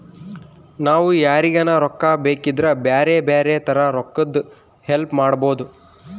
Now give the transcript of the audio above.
ನಾವು ಯಾರಿಗನ ರೊಕ್ಕ ಬೇಕಿದ್ರ ಬ್ಯಾರೆ ಬ್ಯಾರೆ ತರ ರೊಕ್ಕದ್ ಹೆಲ್ಪ್ ಮಾಡ್ಬೋದು